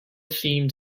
themed